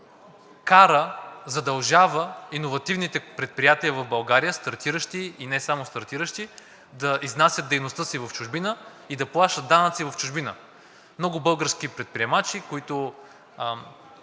кара, задължава иновативните предприятия в България – стартиращи, а и не само стартиращи, да изнасят дейността си в чужбина и да плащат данъци в чужбина. Много български предприемачи в